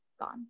gone